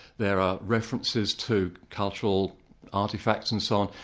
there are references to cultural artefacts and so on.